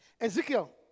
Ezekiel